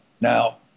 Now